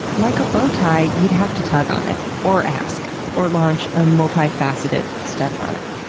like a bowtie, you'd have to tug on it, or ask, or launch a multi-faceted study on it.